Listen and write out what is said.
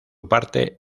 parte